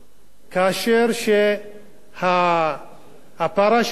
הפרה שנושכת את הכלב